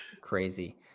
crazy